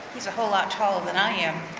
he's a whole lot taller than i am.